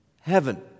heaven